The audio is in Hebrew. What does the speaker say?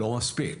לא מספיק.